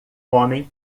homem